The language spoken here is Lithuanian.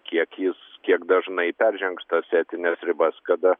kiek jis kiek dažnai peržengs tas etines ribas kada